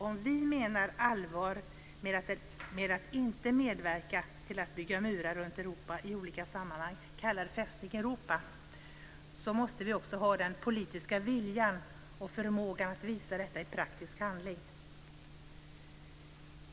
Om vi menar allvar med att inte medverka till att bygga murar runt Europa, i olika sammanhang kallad "fästning Europa", måste vi också ha den politiska viljan och förmågan att visa detta i praktisk handling.